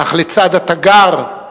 אך לצד ה"תגר"